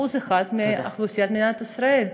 ל-1% מאוכלוסיית מדינת ישראל.